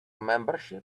membership